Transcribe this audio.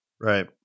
Right